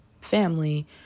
family